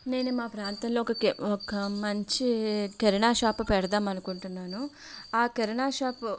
నేను మా ప్రాంతంలో ఒక ఒక మంచి కిరాణా షాప్ పెడదాం అనుకుంటున్నాను ఆ కిరాణా షాప్